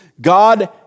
God